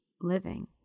living